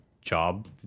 job